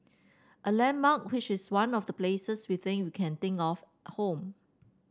a landmark which is one of the places we think we can think of home